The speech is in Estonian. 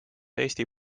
eesti